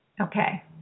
Okay